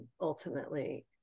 ultimately